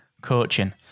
coaching